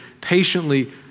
patiently